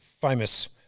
Famous